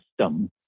system